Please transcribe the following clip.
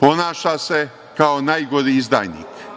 ponaša se kao najgori izdajnik. Ovo